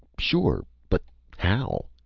sure! but how?